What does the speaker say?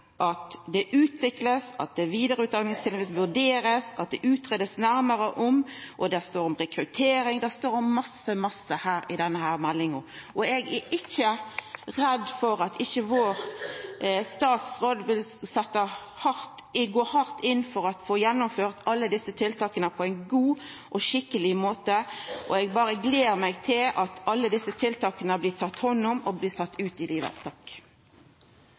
«at det utvikles», «at videreutdanningstilbudet vurderes», «at det utredes nærmere om», og det står om rekruttering – det står om mykje i denne meldinga. Og eg er ikkje redd for at vår statsråd ikkje vil gå hardt inn for å få gjennomført alle desse tiltaka på ein god og skikkelig måte – eg berre gler meg til at alle desse tiltaka blir tatt hand om og sette ut i livet.